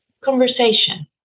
conversation